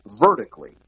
vertically